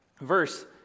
Verse